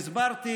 הסברתי